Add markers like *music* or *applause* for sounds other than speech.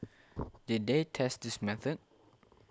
*noise* did they test this method